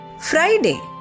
Friday